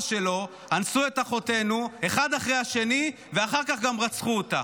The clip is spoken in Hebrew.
שלו אנסו את אחותנו אחד אחרי השני ואחר כך גם רצחו אותה?